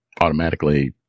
automatically